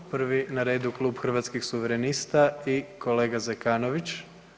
Prvi na redu Klub Hrvatskih suverenista i kolega Zekanović.